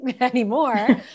anymore